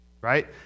Right